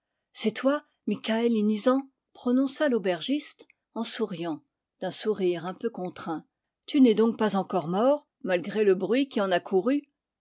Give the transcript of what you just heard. c'est toi mikaël inizan prononça l'aubergiste en souriant d'un sourire un peu contraint tu n'es donc pas encore mort malgré le bruit qui en a couru